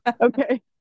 Okay